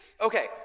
Okay